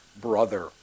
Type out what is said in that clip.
brother